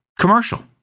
commercial